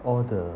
all the